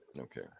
Okay